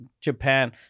Japan